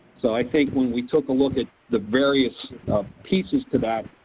so i think when we took a look at the various pieces to that,